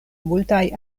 multaj